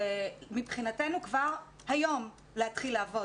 ומבחינתנו כבר היום להתחיל לעבוד.